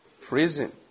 Prison